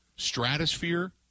stratosphere